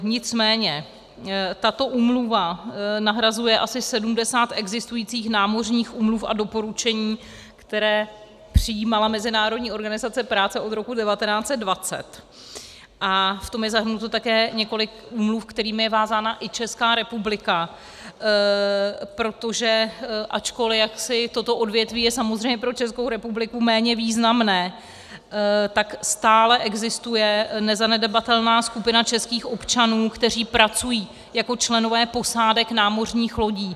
Nicméně tato úmluva nahrazuje asi 70 existujících námořních úmluv a doporučení, které přijímala Mezinárodní organizace práce od roku 1920 a v tom je zahrnuto také několik úmluv, kterými je vázána i Česká republika, protože ačkoli toto odvětví je samozřejmě pro Českou republiku méně významné, tak stále existuje nezanedbatelná skupina českých občanů, kteří pracují jako členové posádek námořních lodí.